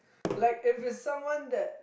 like if it's someone that